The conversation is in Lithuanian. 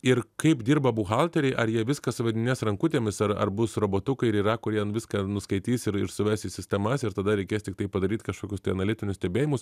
ir kaip dirba buhalteriai ar jie viską suvedinės rankutėmis ar ar bus robotukai ir yra kurie viską nuskaitys ir ir suves į sistemas ir tada reikės tiktai padaryt kažkokius tai analitinius stebėjimus